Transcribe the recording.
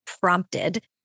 prompted